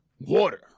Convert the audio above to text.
Water